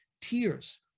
tears